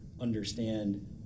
understand